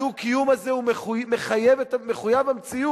הדו-קיום הזה הוא מחויב המציאות.